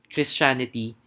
Christianity